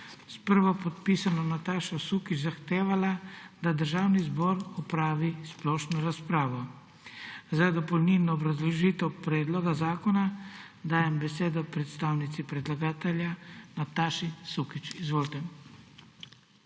prvopodpisano Natašo Sukič zahtevala, da Državni zbor opravi splošno razpravo. Za dopolnilno obrazložitev predloga zakona dajem besedo predstavnici predlagatelja, Nataši Sukič. Izvolite.